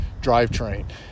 drivetrain